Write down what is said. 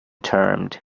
termed